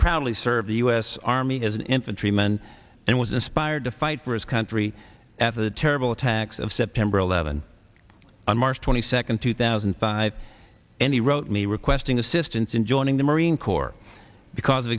proudly served the u s army as an infantry man and was inspired to fight for his country after the terrible attacks of september eleventh on march twenty second two thousand and five and he wrote me requesting assistance in joining the marine corps because of